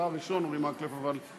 אתה הראשון, חבר הכנסת אורי מקלב, ודיברת.